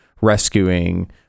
rescuing